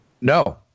no